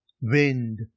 wind